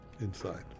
inside